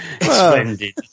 Splendid